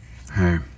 Hey